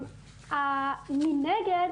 מנגד,